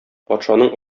патшаның